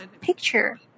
picture